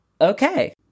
okay